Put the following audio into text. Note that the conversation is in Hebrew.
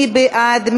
מי בעד?